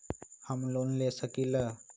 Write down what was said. हम लोन ले सकील?